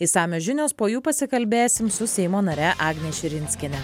išsamios žinios po jų pasikalbėsime su seimo nare agne širinskiene